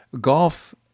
golf